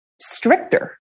stricter